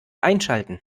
einschalten